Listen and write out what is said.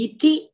Iti